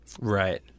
right